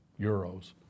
euros